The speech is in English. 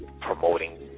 promoting